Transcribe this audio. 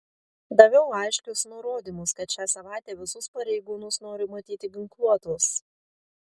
daviau aiškius nurodymus kad šią savaitę visus pareigūnus noriu matyti ginkluotus